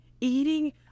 eating